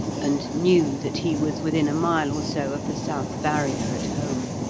and knew that he was within a mile or so of the south barrier at home!